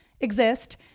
exist